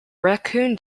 raccoon